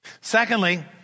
Secondly